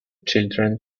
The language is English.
children